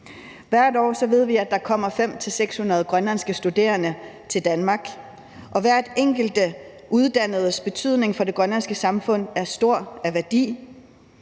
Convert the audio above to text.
Hvert år ved vi, at der kommer 500-600 grønlandske studerende til Danmark, og hver enkelt uddannedes betydning for det grønlandske samfund er stor, hver